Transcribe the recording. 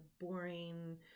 boring